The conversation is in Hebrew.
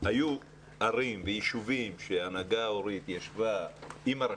היו ערים ויישובים שההנהגה ההורית ישבה עם הרשות,